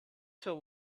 till